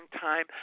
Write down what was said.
time